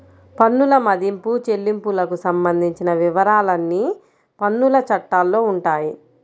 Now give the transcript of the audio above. పన్నుల మదింపు, చెల్లింపులకు సంబంధించిన వివరాలన్నీ పన్నుల చట్టాల్లో ఉంటాయి